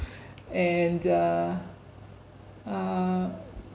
and uh uh